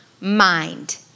mind